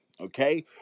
okay